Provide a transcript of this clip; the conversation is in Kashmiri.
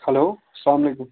ہیلو السلامُ علیکُم